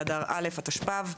באדר התשפ"ב,